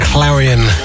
Clarion